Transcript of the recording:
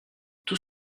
tout